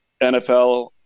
NFL